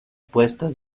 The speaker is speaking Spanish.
puestas